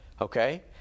okay